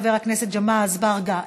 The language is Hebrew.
חבר הכנסת ג'מעה אזברגה,